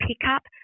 pickup